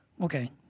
okay